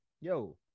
Yo